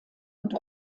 und